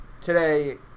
today